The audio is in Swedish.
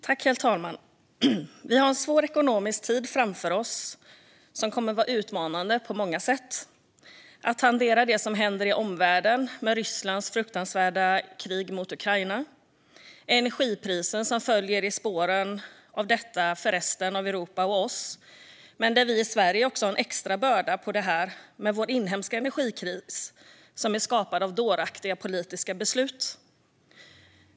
Herr talman! Vi har en svår ekonomisk tid framför oss. Det kommer att vara utmanande på många sätt att hantera det som händer i omvärlden med Rysslands fruktansvärda krig mot Ukraina och energipriserna som följer i spåren av detta för resten av Europa och oss. På det har vi i Sverige en extra börda med vår inhemska energikris, som är skapad av dåraktiga politiska beslut.